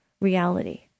reality